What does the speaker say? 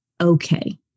okay